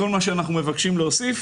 כל מה שאנחנו מבקשים להוסיף: